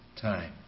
time